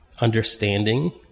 understanding